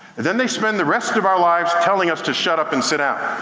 and then they spend the rest of our lives telling us to shut up and sit down.